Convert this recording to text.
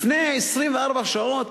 לפני 24 שעות